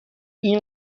این